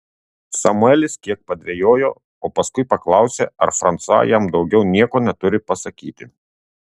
samuelis kiek padvejojo o paskui paklausė ar fransua jam daugiau nieko neturi pasakyti